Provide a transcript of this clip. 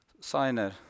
signer